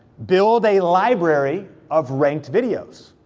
build a library of ranked videos.